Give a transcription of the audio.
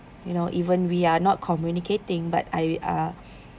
you know even we are not communicating but I uh